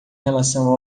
relação